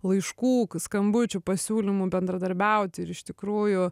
laiškų skambučių pasiūlymų bendradarbiaut ir iš tikrųjų